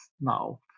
now